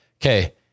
Okay